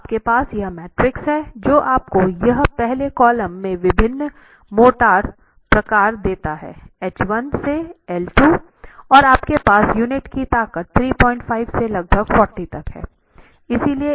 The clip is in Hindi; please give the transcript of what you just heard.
तो आपके पास यह मैट्रिक्स है जो आपको यहां पहले कॉलम में विभिन्न मोर्टार प्रकार देता है H 1 से L2 और आपके पास यूनिट की ताकत 35 से लगभग 40 तक है